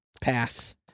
Pass